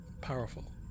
powerful